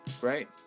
right